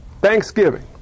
Thanksgiving